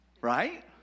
right